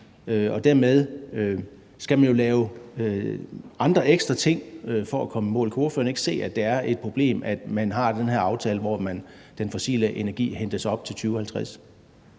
Dermed skal man jo lave andre ekstra ting for at komme i mål. Kan ordføreren ikke se, at det er et problem, at man har den her aftale, hvor den fossile energi hentes op til 2050?